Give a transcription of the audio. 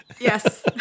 Yes